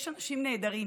יש אנשים נהדרים